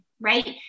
right